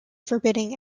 forbidding